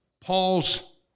Paul's